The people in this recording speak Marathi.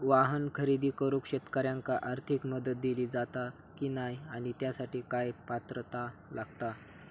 वाहन खरेदी करूक शेतकऱ्यांका आर्थिक मदत दिली जाता की नाय आणि त्यासाठी काय पात्रता लागता?